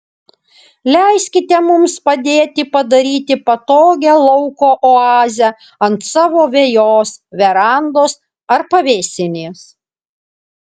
leiskite mums padėti padaryti patogią lauko oazę ant savo vejos verandos ar pavėsinės